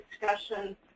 discussion